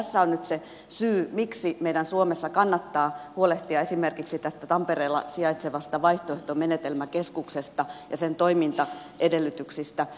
tässä on nyt se syy miksi meidän suomessa kannattaa huolehtia esimerkiksi tästä tampereella sijaitsevasta vaihtoehtomenetelmäkeskuksesta ja sen toimintaedellytyksistä